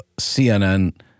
CNN